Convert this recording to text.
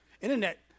Internet